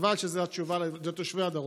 חבל שזו התשובה לתושבי הדרום.